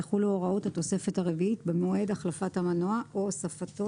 יחולו הוראות התוספת הרביעית במועד החלפת המנוע או הוספתו,